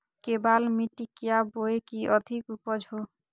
केबाल मिट्टी क्या बोए की अधिक उपज हो?